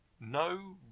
no